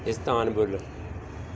Istanbul